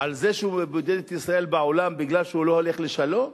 על זה שהוא בודד את ישראל בעולם כי הוא לא הולך לשלום?